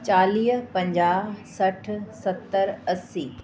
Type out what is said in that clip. चालीह पंजाह सठि सतरि असी